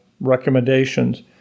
recommendations